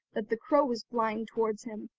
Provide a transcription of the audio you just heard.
that the crow was flying towards him,